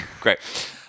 Great